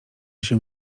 się